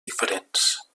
diferents